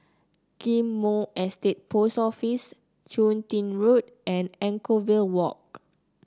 Ghim Moh Estate Post Office Chun Tin Road and Anchorvale Walk